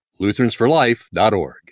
lutheransforlife.org